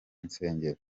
nsengero